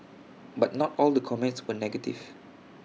but not all the comments were negative